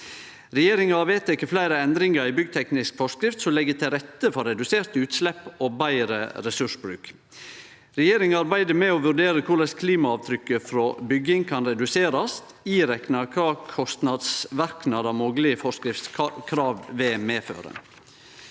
Regjeringa har vedteke fleire endringar i byggteknisk forskrift som legg til rette for reduserte utslepp og betre ressursbruk. Regjeringa arbeider med å vurdere korleis klimaavtrykket frå bygging kan reduserast, irekna kva kostnadsverknader moglege forskriftskrav vil medføre.